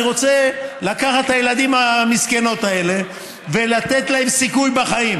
אני רוצה לקחת את הילדים המסכנים האלה ולתת להם סיכוי בחיים,